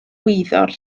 wyddor